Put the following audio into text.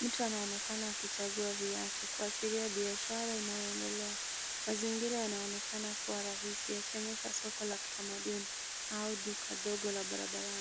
Mtu anaonekana akichagua viatu kushiria biashara inayoendelea. Mazingira yanaonekana kuwa rahisi yakionyesha soko la kitamaduni au duka dogo la barabarani.